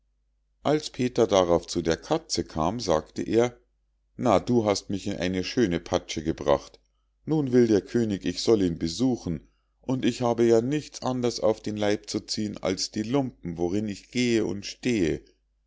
als peter darauf zu der katze kam sagte er na du hast mich in eine schöne patsche gebracht nun will der könig ich soll ihn besuchen und ich habe ja nichts anders auf den leib zu ziehen als die lumpen worin ich gehe und stehe